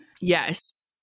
Yes